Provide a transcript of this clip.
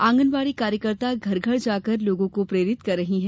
आंगनबाड़ी कार्यकर्ता घर घर जाकर लोगों को प्रेरित कर रही हैं